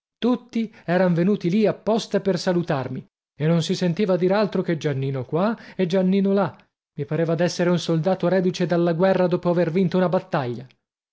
tutti eran venuti lì apposta per salutarmi e non si sentiva dir altro che giannino qua e giannino là i pareva d'essere un soldato reduce dalla guerra dopo aver vinto una battaglia